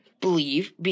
believe